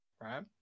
right